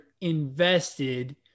invested